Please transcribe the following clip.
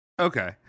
Okay